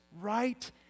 Right